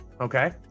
okay